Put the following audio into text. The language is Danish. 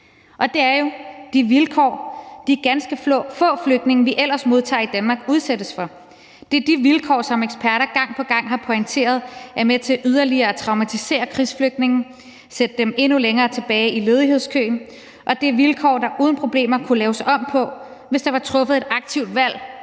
Og det er jo de vilkår, de ganske få flygtninge, vi ellers modtager i Danmark, udsættes for. Det er de vilkår, som eksperter gang på gang har pointeret er med til yderligere at traumatisere krigsflygtninge, sætte dem endnu længere tilbage i ledighedskøen, og det er vilkår, som der uden problemer kunne laves om på, hvis der var truffet et aktivt valg